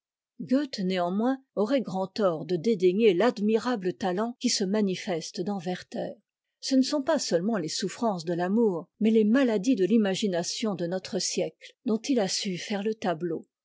néanmoins aurait grand tort de dédaigner l'admirable talent qui se manifeste dans werther ce ne sont pas seulement les souffrances de l'amour mais les maladies de l'imagination de notre siècle dont il a su faire le tableau